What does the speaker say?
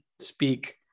speak